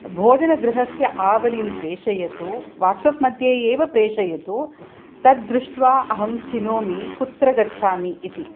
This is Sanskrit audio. भोजनगृहस्य आवलिं प्रेषयतु वाट्साप् मध्ये एव प्रेषयतु तद्दृष्ट्वा अहं चिनोमि कुत्र गच्छामि इति